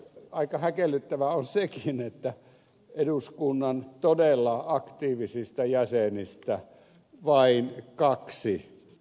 aika häkellyttävää on sekin että eduskunnan todella aktiivisista jäsenistä vain kaksi ed